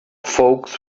folks